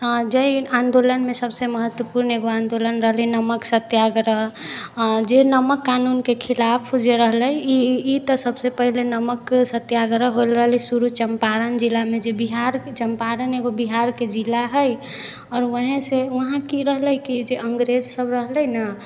हँ जाहि आन्दोलनमे सबसँ महत्वपूर्ण एगो आन्दोलन रहलै नमक सत्याग्रह जे नमक कानूनके खिलाफ जे रहलै ई तऽ सबसँ पहिले नमक सत्याग्रह हो रहलै शुरू चम्पारण जिलामे जे बिहार चम्पारण एगो बिहारके जिला हइ आओर वएहसे वहाँ कि रहलै कि जे अङ्गरेजसब रहलै ने